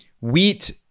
wheat